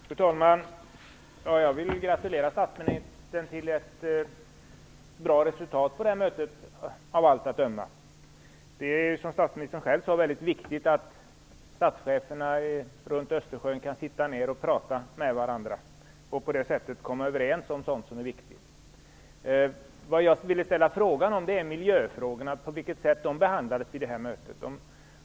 Fru talman! Jag vill gratulera statsministern till det av allt att döma goda resultatet av mötet. Som statministern själv sade, är det viktigt att statscheferna för länderna runt Östersjön kan sitta ned och prata med varandra och på det sättet komma överens om sådant som är viktigt. Jag vill fråga på vilket sätt miljöfrågorna togs upp vid detta möte.